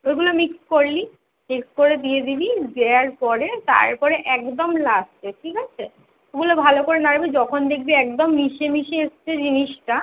ওগুলো মিক্স করলি মিক্স করে দিয়ে দিবি দেওয়ার পরে তারপরে একদম লাস্টে ঠিক আছে ওগুলো ভালো করে নাড়বি যখন দেখবি একদম মিশে মিশে এসছে জিনিসটা